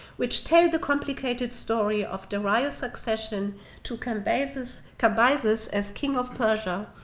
which tell the complicated story of darius's succession to cambyses cambyses as king of persia,